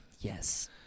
Yes